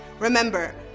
remember,